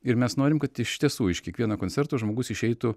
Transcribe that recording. ir mes norim kad iš tiesų iš kiekvieno koncerto žmogus išeitų